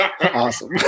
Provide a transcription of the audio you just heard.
Awesome